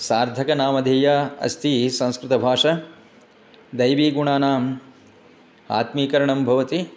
सार्थकनामधेयम् अस्ति संस्कृतभाषा दैवीगुणानाम् आत्मीकरणं भवति